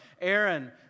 Aaron